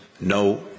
no